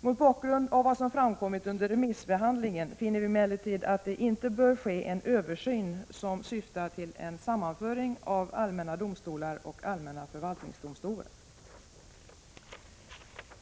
Mot bakgrund av vad som framkommit under remissbehandlingen finner vi emellertid att det inte bör ske en översyn, som syftar till en sammanföring av allmänna domstolar och allmänna förvaltningsdomstolar.